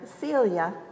Celia